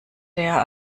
der